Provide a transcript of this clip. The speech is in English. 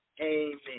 Amen